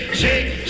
shake